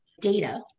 data